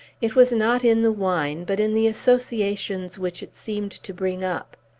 it was not in the wine, but in the associations which it seemed to bring up.